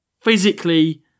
Physically